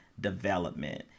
development